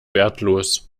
wertlos